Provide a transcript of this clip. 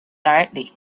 directly